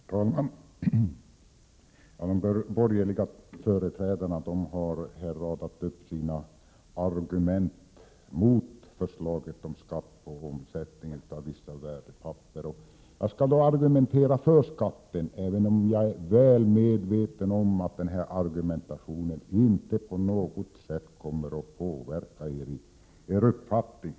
Herr talman! De borgerliga företrädarna har här radat upp sina argument mot förslaget om skatt på omsättningen av vissa värdepapper. Jag skall argumentera för skatten, även om jag är väl medveten om att denna argumentation inte på något sätt kommer att påverka er borgerliga företrädare i er uppfattning.